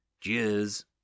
Cheers